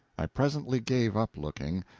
i presently gave up looking,